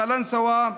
קלנסווה,